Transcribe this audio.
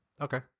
Okay